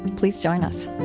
and please join us